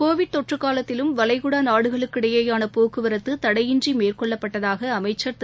Covid தொற்று காலத்திலும் வளைகுடா நாடுகளுக்கிடையிலானபோக்குவரத்து தடையின்றி மேற்கொள்ளப்பட்டதாக அமைச்சர் திரு